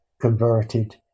converted